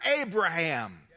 Abraham